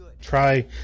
try